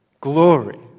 Glory